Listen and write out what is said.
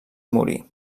morir